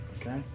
Okay